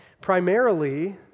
Primarily